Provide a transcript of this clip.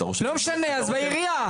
לא משנה, אז בעירייה.